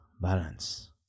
balance